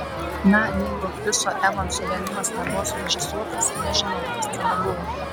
na jeigu chriso evanso vėmimas nebuvo surežisuotas nežinau kas tada buvo